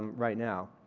right now.